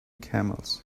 camels